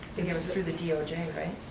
it goes through the d o j, right?